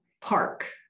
park